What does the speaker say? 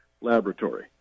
laboratory